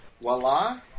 voila